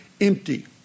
empty